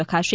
રખાશે